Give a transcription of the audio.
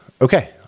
Okay